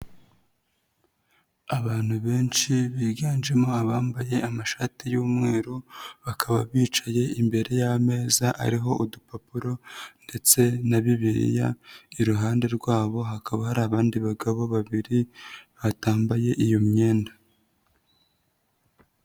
Abantu benshi biganjemo abambaye amashati y'umweru bakaba bicaye imbere y'ameza ariho udupapuro ndetse na bibiliya, iruhande rwabo hakaba hari abandi bagabo babiri batambaye iyo myenda.